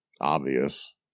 obvious